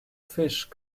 fish